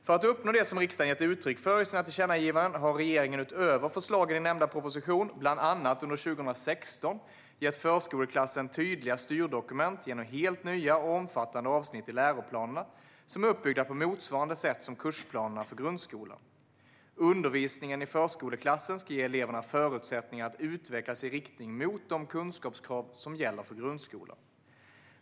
För att uppnå det som riksdagen gett uttryck för i sina tillkännagivanden har regeringen utöver förslagen i nämnda proposition bland annat under 2016 gett förskoleklassen tydliga styrdokument genom helt nya och omfattande avsnitt i läroplanerna, som är uppbyggda på motsvarande sätt som kursplanerna för grundskolan. Undervisningen i förskoleklassen ska ge eleverna förutsättningar att utvecklas i riktning mot de kunskapskrav som gäller för grundskolan.